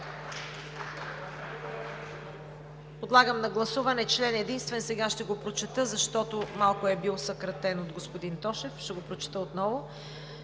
Подлагам на гласуване Член единствен, сега ще го прочета, защото малко е бил съкратен от господин Тошев, ще го прочета отново.